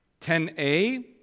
10a